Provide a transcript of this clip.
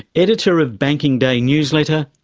editor of banking day newsletter,